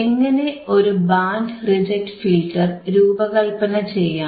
എങ്ങനെ ഒരു band reject filter രൂപകല്പന ചെയ്യാം